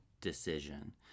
decision